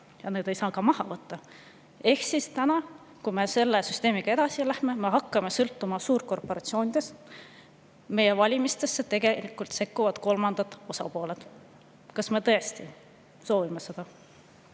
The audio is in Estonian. saa neid ka sealt maha võtta. Ehk kui me selle süsteemiga edasi läheme, siis me hakkame sõltuma suurkorporatsioonidest. Meie valimistesse tegelikult sekkuvad kolmandad osapooled. Kas me tõesti soovime seda?